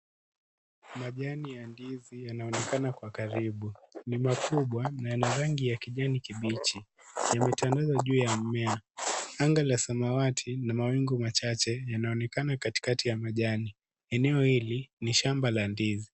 Majani ya ndizi yanaonekana kwa karibu ni makubwa na ina rangi ya kijani kibichi yametandaza juu ya mimea anga la samawati na mawingu machache yanaonekana katikati ya majani eneo hili ni shamba la ndizi.